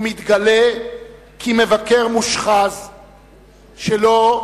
הוא מתגלה כמבקר מושחז שלו,